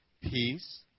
peace